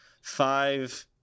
five